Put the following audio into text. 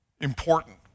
important